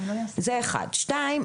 שנית,